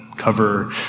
cover